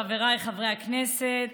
חבריי חברי הכנסת,